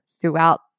throughout